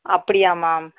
அப்படியா மேம்